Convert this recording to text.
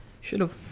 Should've